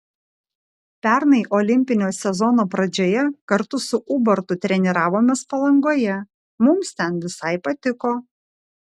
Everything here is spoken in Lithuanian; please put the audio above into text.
pernai olimpinio sezono pradžioje kartu su ubartu treniravomės palangoje mums ten visai patiko